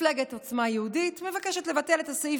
מפלגת עוצמה יהודית מבקשת לבטל את הסעיף